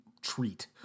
treat